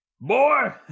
boy